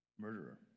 murderer